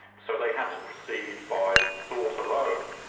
so they had to proceed by thought alone.